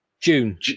June